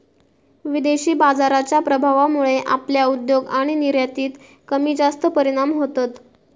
विदेशी बाजाराच्या प्रभावामुळे आपल्या उद्योग आणि निर्यातीत कमीजास्त परिणाम होतत